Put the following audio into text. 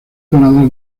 paladar